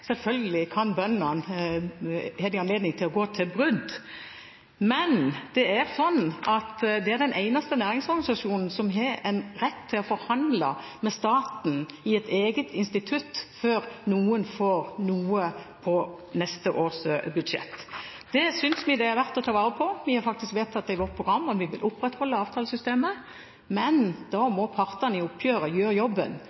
Selvfølgelig har bøndene anledning til å gå til brudd. Men det er sånn at det er den eneste næringsorganisasjonen som har en rett til å forhandle med staten i et eget institutt før noen får noe på neste års budsjett. Det synes vi det er verdt å ta vare på, vi har faktisk vedtatt det i vårt program, og vi vil opprettholde avtalesystemet, men da